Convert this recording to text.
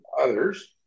others